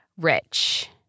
rich